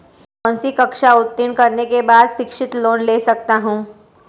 कौनसी कक्षा उत्तीर्ण करने के बाद शिक्षित लोंन ले सकता हूं?